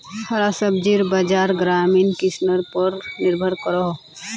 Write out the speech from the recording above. हरा सब्जिर बाज़ार ग्रामीण किसनर पोर निर्भर करोह